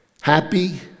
happy